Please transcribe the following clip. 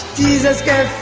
jesus guy